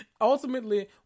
Ultimately